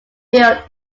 build